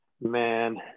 man